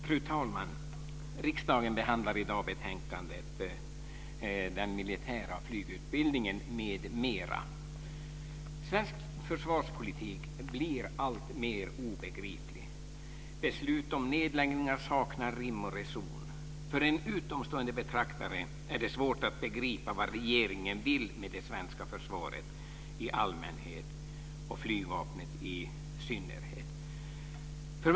Fru talman! Riksdagen behandlar i dag betänkandet Den militära flygutbildningen m.m. Svensk försvarspolitik blir alltmer obegriplig. Beslut om nedläggningar saknar rim och reson. För en utomstående betraktare är det svårt att begripa vad regeringen vill med det svenska försvaret i allmänhet och Flygvapnet i synnerhet.